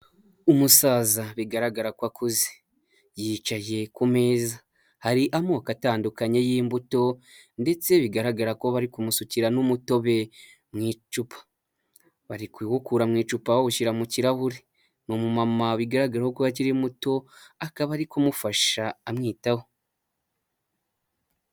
Umusaza bigaragara ko akuze yicaye ku meza hari amoko atandukanye y'imbuto ndetse bigaragara ko bari kumusukira n'umutobe mu icupa bari kuwukura mu icupa bawushyira mu kirahure ni umumama bigaragara ko akiri muto akaba ari kumufasha amwitaho.